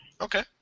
Okay